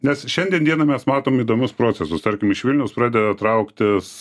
nes šiandien dieną mes matom įdomius procesus tarkim iš vilniaus pradeda trauktis